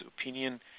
opinion